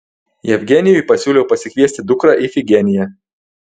jevgenijui pasiūliau pasikviesti dukrą ifigeniją